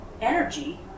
energy